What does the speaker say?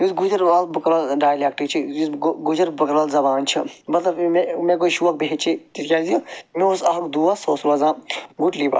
یُس گُجروال بکروال ڈالیکٹ چھُ یُس گجروال بکروال زبان چھِ مطلب مےٚ مےٚ گوو شوق بہٕ ہیچھٕ یہ تِکیٚازِ مےٚ اوس اکھ دوس سُہ اوس روزان گُٹلی باغ